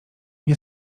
nie